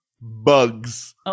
bugs